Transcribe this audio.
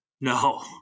No